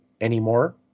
anymore